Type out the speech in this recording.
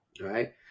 Right